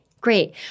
great